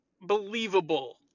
believable